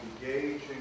engaging